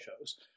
shows